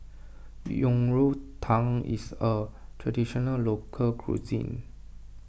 Yang Rou Tang is a Traditional Local Cuisine